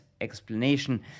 explanation